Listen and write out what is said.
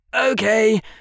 Okay